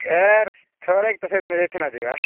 year ଥୋଡ଼େ ତ ସେ ଦିନ ଯାଇଥିନାଁ ଯିବା